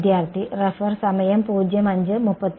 ഇല്ല